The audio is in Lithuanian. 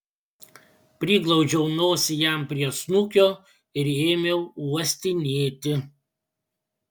priglaudžiau nosį jam prie snukio ir ėmiau uostinėti